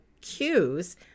cues